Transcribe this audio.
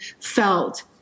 felt